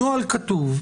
נוהל כתוב,